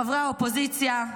חברי האופוזיציה,